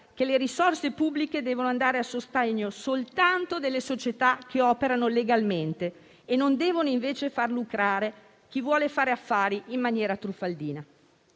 che le risorse pubbliche devono andare a sostegno soltanto delle società che operano legalmente e non devono invece far lucrare chi vuole fare affari in maniera truffaldina.